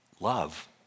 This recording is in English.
love